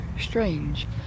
strange